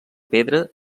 pedra